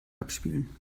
abspielen